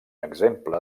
exemple